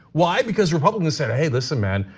why? because republicans said, hey, listen, man,